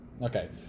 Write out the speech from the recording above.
Okay